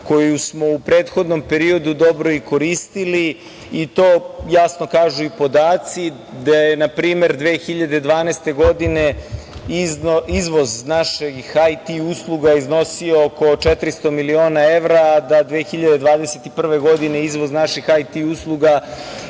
koju smo u prethodnom periodu dobro i koristili. To jasno kažu i podaci, da je na primer 2012. godine, izvoz naših IT usluga iznosio oko 400 miliona evra, a 2021. godine izvoz naših IT usluga